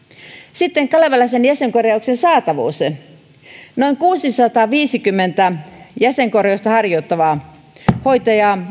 sitten kalevalaisen jäsenkorjauksen saatavuus noin kuusisataaviisikymmentä jäsenkorjausta harjoittavaa hoitajaa